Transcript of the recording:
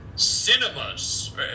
Cinemas